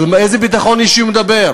אז על איזה ביטחון אישי הוא מדבר?